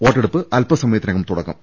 വോട്ടെടുപ്പ് അൽപ്പസമയത്തിനകം തുടങ്ങും